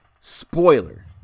spoiler